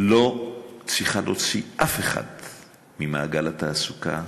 לא צריכה להוציא אף אחד ממעגל התעסוקה,